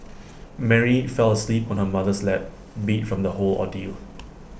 Mary fell asleep on her mother's lap beat from the whole ordeal